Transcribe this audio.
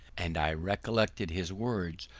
and i recollected his words,